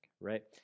right